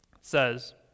says